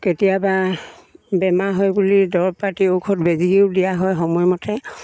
কেতিয়াবা বেমাৰ হয় বুলি দৰৱপাতি ঔষধ বেজীও দিয়া হয় সময়মতে